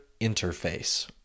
interface